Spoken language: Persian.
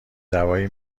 دوای